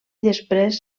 després